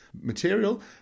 material